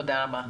תודה רבה,